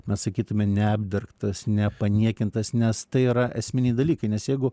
na sakytume neapdergtas nepaniekintas nes tai yra esminiai dalykai nes jeigu